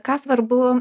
ką svarbu